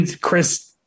Chris